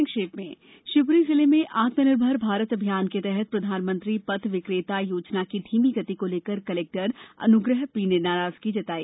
संक्षिप्त समाचार शिवपुरी जिले में आत्मनिर्भर भारत अभियान के तहत प्रधानमंत्री पथ विक्रेता योजना की धीमी गति को लेकर कलेक्टर अनुग्रहा पी ने नाराजगी व्यक्त की है